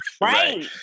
Right